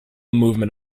movement